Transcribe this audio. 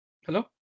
Hello